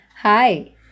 hi